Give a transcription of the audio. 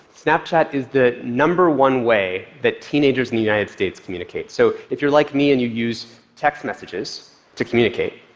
snapchat is the number one way that teenagers in the united states communicate. so if you're like me, and you use text messages to communicate,